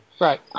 Right